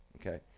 Okay